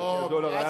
לדעתי הדולר,